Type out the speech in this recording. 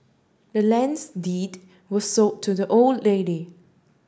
the land's deed was sold to the old lady